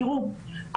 תראו,